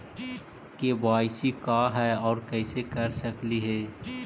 KYC का है, और कैसे कर सकली हे?